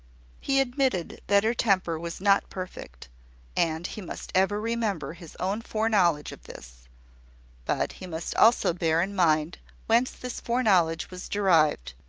he admitted that her temper was not perfect and he must ever remember his own foreknowledge of this but he must also bear in mind whence this foreknowledge was derived,